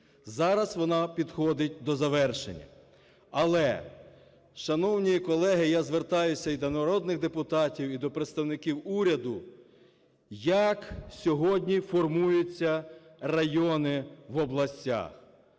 Зараз вона підходить до завершення, але, шановні колеги, я звертаюся і до народних депутатів, і до представників уряду, як сьогодні формуються райони в областях?